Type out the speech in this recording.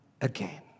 again